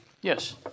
Yes